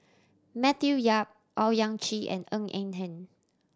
Matthew Yap Owyang Chi and Ng Eng Hen